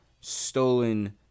stolen